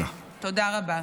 תודה רבה.